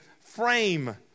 frame